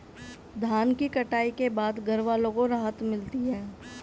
धान की कटाई के बाद घरवालों को राहत मिलती है